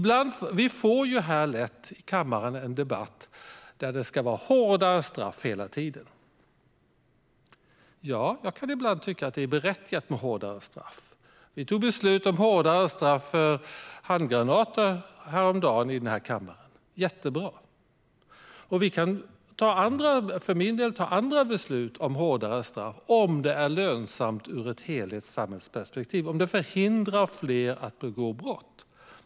Det blir lätt en debatt här i kammaren om att det ska vara hårdare straff. Ja, jag kan tycka att det ibland är berättigat med hårdare straff. Vi fattade beslut om hårdare straff för olaglig hantering av handgranater häromdagen i den här kammaren. Det var jättebra. För min del kan vi också fatta beslut om hårdare straff om det är lönsamt från ett samhällsperspektiv, om det förhindrar fler att begå brott.